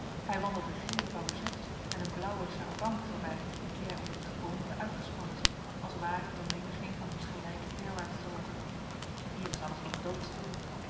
hij wandelt een gele barouchette en een blauwen char à bancs voorbij die hij onder t geboomte uitgespannen ziet als ware t om menigeen van huns gelijken derwaarts te lokken hier is alles nog doodstil